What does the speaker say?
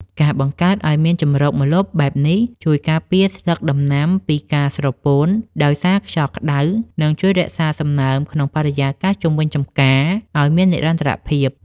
ការបង្កើតឱ្យមានជម្រកម្លប់បែបនេះ ជួយការពារស្លឹកដំណាំពីការស្រពោនដោយសារខ្យល់ក្ដៅ និងជួយរក្សាសំណើមក្នុងបរិយាកាសជុំវិញចម្ការឱ្យមានស្ថិរភាព។